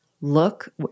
look